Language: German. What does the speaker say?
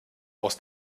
aus